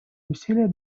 усилия